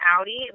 Audi